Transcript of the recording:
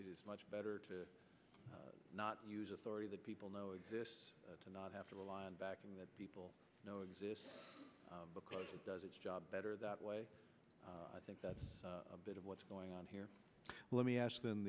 is much better to not use authority that people know exists to not have to rely on backing that people know exists because it does its job better that way i think that's a bit of what's going on here let me ask th